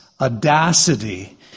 audacity